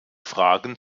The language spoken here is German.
fragen